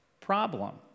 problem